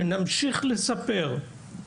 שנמשיך לספר.